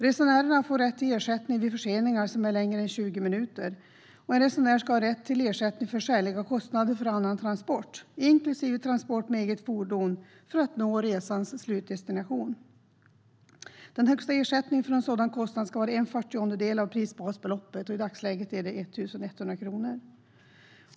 Resenärerna får rätt till ersättning vid förseningar som är längre än 20 minuter. En resenär ska ha rätt till ersättning för skäliga kostnader för annan transport, inklusive transport med eget fordon, för att nå resans slutdestination. Den högsta ersättningen för en sådan kostnad ska vara en fyrtiondel av prisbasbeloppet. I dagsläget är det 1 100 kronor.